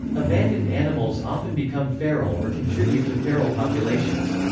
abandoned animals often become feral or contribute to feral populations.